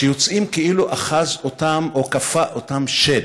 שיוצאים כאילו אחז אותם או כפה אותם שד,